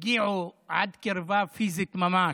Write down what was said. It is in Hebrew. הם הגיעו עד קרבה פיזית ממש,